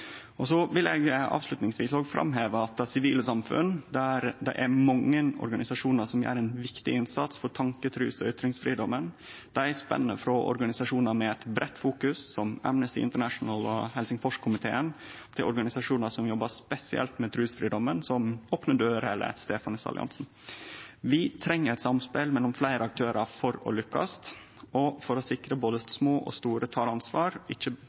Så vil eg avslutningsvis framheve det sivile samfunnet, der det er mange organisasjonar som gjer ein viktig innsats for tanke-, trus- og ytringsfridomen. Dei spenner frå organisasjonar med eit breitt fokus, som Amnesty International og Helsingforskomiteen, til organisasjonar som jobbar spesielt med trusfridomen, som Åpne Dører og Stefanusalliansen. Vi treng eit samspel mellom fleire aktørar for å lykkast og for å sikre at både små og store tek ansvar, ikkje